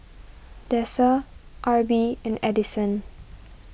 Dessa Arbie and Edison